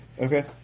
Okay